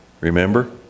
Remember